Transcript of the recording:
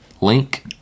link